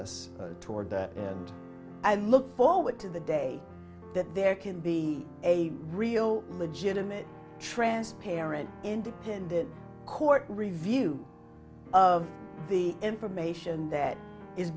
d us toward that and i look forward to the day that there can be a real legitimate transparent independent court review of the information that is